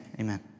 amen